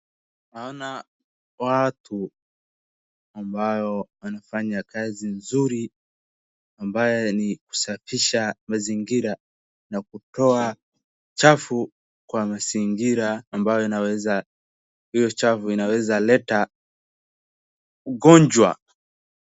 Naona watu ambayo wanafanya kazi nzuri ambaye ni kusafisha mazingira na kutoa chafu kwa mazingira ambayo inaweza hiyo chafu inaweza leta ugonjwa.